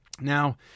Now